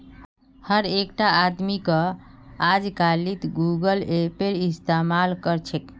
हर एकटा आदमीक अजकालित गूगल पेएर इस्तमाल कर छेक